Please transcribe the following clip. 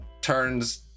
turns